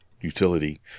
utility